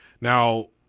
Now